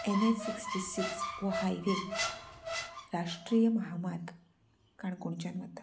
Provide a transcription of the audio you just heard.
N S sixty six वो highway राष्ट्रीय म्हामार्ग काणकोणच्यान वता